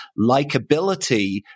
likability